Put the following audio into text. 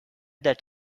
that